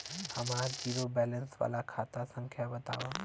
हमार zero balance वाला खाता संख्या वतावा?